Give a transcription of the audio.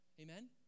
Amen